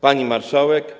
Pani Marszałek!